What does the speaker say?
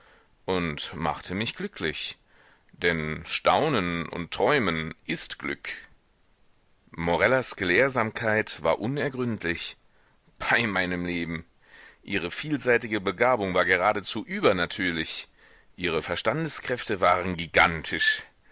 und machte mich glücklich denn staunen und träumen ist glück morellas gelehrsamkeit war unergründlich bei meinem leben ihre vielseitige begabung war geradezu übernatürlich ihre verstandeskräfte waren gigantisch